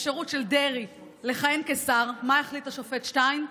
האפשרות של דרעי לכהן כשר, מה החליט השופט שטיין?